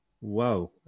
Wow